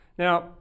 Now